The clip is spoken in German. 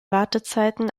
wartezeiten